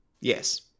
Yes